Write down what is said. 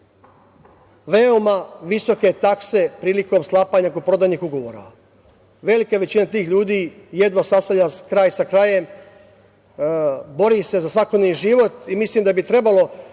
veoma visoke takse prilikom sklapanja kupoprodajnih ugovora. Velika većina tih ljudi jedva sastavlja kraj sa krajem, bori se za svakodnevni život i mislim da bi trebalo